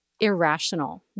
irrational